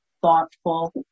thoughtful